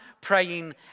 praying